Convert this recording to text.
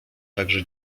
także